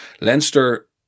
Leinster